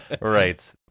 Right